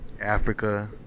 Africa